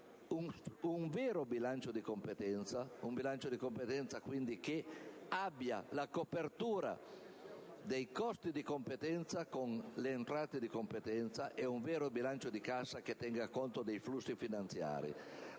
un vero bilancio di competenza, che quindi abbia la copertura dei costi di competenza con le entrate di competenza, e un vero bilancio di cassa che tenga conto dei flussi finanziari.